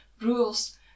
rules